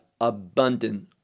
abundant